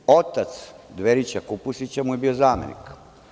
Otac „dverića kupusića“ mu je bio zamenik.